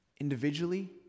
Individually